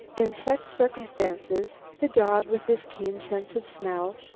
in such circumstances, the dog with his keen sense of smell,